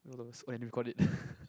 lols oh and we've got it